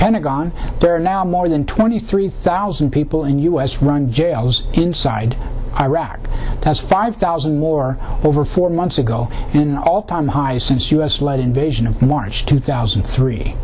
pentagon there are now more than twenty three thousand people in u s run jail inside iraq has five thousand more over four months ago an all time high since u s led invasion of march two thousand and three